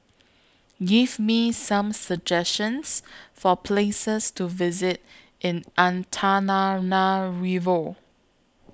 Give Me Some suggestions For Places to visit in Antananarivo